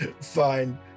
Fine